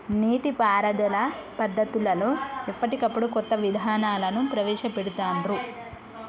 నీటి పారుదల పద్దతులలో ఎప్పటికప్పుడు కొత్త విధానాలను ప్రవేశ పెడుతాన్రు